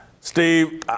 Steve